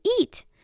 eat